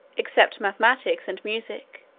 except mathematics and music,